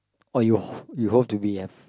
oh you you hope to be a